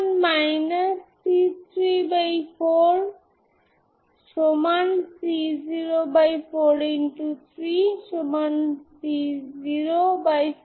সুতরাং সম্পূর্ণরূপে 0 সমাধান আপনি এই কেস এ পাবেন এর মানে হল যে এই λ 2 কোন μ পসিটিভ এর জন্য একটি ইগেনভ্যালু যা কোন ইগেন ফাংশন বোঝায় না